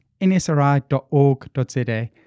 nsri.org.za